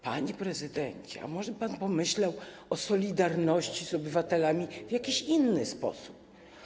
Panie prezydencie, a może by pan pomyślał o solidarności z obywatelami w jakiś inny sposób?